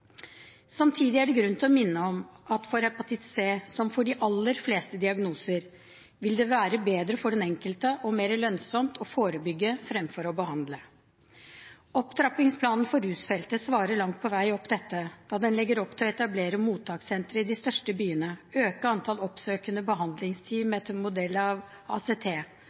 Samtidig er det grunn til å minne om at for hepatitt C, som for de aller fleste diagnoser, vil det være bedre for den enkelte og mer lønnsomt å forebygge fremfor å behandle. Opptrappingsplanen for rusfeltet svarer langt på vei på dette, da den legger opp til å etablere mottakssentre i de største byene, øke antall oppsøkende behandlingsteam etter modell av ACT,